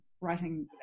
writing